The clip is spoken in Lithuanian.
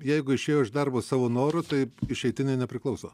jeigu išėjo iš darbo savo noru tai išeitinė nepriklauso